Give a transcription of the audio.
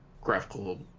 graphical